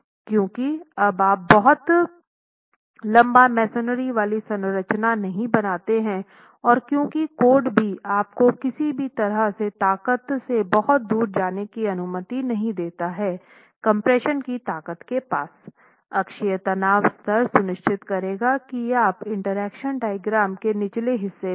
क्योंकि आप बहुत लंबा मेसनरी वाली संरचना नहीं बनाते हैं और क्योंकि कोड भी आपको किसी भी तरह से ताकत से बहुत दूर जाने की अनुमति नहीं देता है कम्प्रेशन की ताकत के पास अक्षीय तनाव स्तर सुनिश्चित करेगा कि आप इंटरेक्शन डायग्राम के निचले हिस्से में हैं